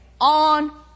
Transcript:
on